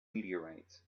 meteorites